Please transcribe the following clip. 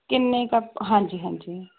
ਕਿੰਨੇ ਕੱਪ ਹਾਂਜੀ ਹਾਂਜੀ